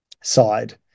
side